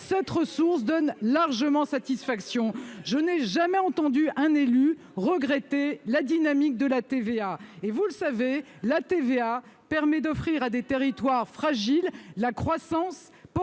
cette ressource donne largement satisfaction. Je n'ai jamais entendu un élu regretter la dynamique de cette taxe qui, vous le savez, permet d'offrir à des territoires fragiles la croissance